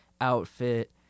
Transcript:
outfit